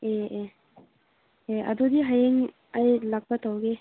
ꯑꯦ ꯑꯦ ꯑꯦ ꯑꯗꯨꯗꯤ ꯍꯌꯦꯡ ꯑꯩ ꯂꯥꯛꯄ ꯇꯧꯒꯦ